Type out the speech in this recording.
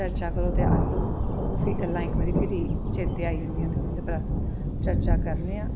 चर्चा करदे अस ओह् गल्लां फिरी चेत्ते आई जंदियां न ते अस चर्चा करने आं